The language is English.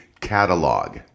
Catalog